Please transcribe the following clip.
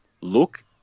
look